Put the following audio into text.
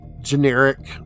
generic